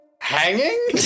Hanging